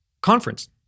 conference